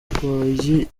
yakabaye